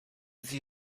sie